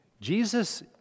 Jesus